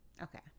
Okay